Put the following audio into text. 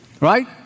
right